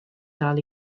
dal